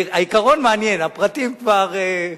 העיקרון מעניין, הפרטים כבר,